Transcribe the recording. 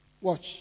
Watch